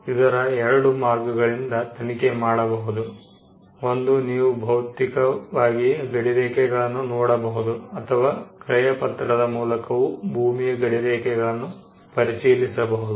ಇದನ್ನು ಎರಡು ಮಾರ್ಗಗಳಿಂದ ತನಿಖೆ ಮಾಡಬಹುದು ಒಂದು ನೀವು ಭೌತಿಕವಾಗಿ ಗಡಿರೇಖೆಗಳನ್ನು ನೋಡಬಹುದು ಅಥವಾ ಕ್ರಯ ಪತ್ರದ ಮೂಲಕವು ಭೂಮಿಯ ಗಡಿರೇಖೆಗಳನ್ನು ಪರಿಶೀಲಿಸಬಹುದು